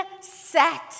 set